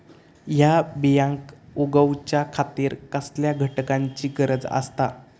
हया बियांक उगौच्या खातिर कसल्या घटकांची गरज आसता?